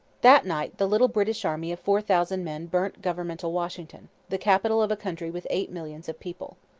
that night the little british army of four thousand men burnt governmental washington, the capital of a country with eight millions of people.